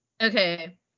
Okay